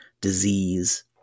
disease